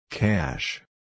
Cash